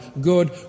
good